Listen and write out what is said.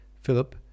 Philip